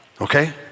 okay